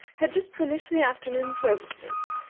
had just finished the afternoon services,